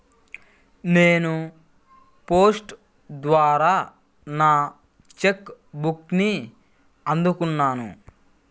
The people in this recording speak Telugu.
నేను పోస్ట్ ద్వారా నా చెక్ బుక్ని అందుకున్నాను